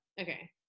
Okay